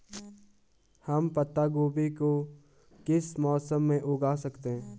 हम पत्ता गोभी को किस मौसम में उगा सकते हैं?